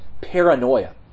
paranoia